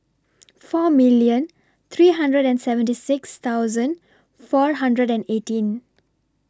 four million three hundred and seventy six thousand four hundred and eighteen